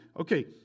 Okay